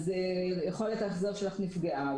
יכולת ההחזר שלך נפגעה.